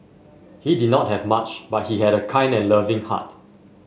he did not have much but he had a kind and loving heart